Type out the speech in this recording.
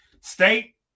state